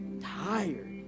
tired